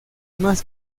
más